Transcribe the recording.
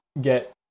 get